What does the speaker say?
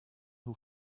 who